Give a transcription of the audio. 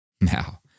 Now